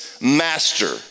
master